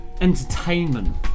entertainment